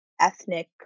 ethnic